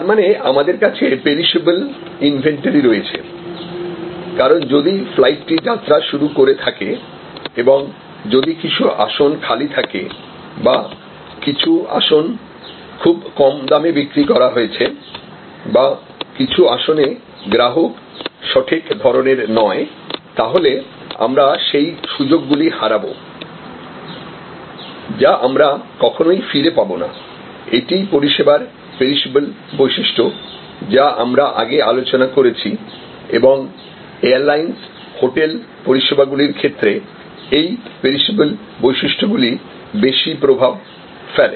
তার মানে আমাদের কাছে পেরিসেবল ইনভেন্টরি রয়েছে কারণ যদি ফ্লাইটটি যাত্রা শুরু করে থাকে এবং যদি কিছু আসন খালি থাকে বা কিছু আসন খুব কম দামে বিক্রি করা হয়েছে বা কিছু আসনে গ্রাহক সঠিক ধরনের নয় তাহলে আমরা সেই সুযোগগুলি হারাবো যা আমরা কখনই ফিরে পাবনা এটিই পরিষেবার পেরিসেবল বৈশিষ্ট্য যা আমরা আগে আলোচনা করেছি এবং এয়ারলাইন্স হোটেল পরিষেবাগুলির ক্ষেত্রে এই পেরিসেবল বৈশিষ্ট্যগুলি বেশি প্রভাব ফেলে